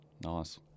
Nice